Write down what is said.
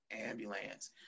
ambulance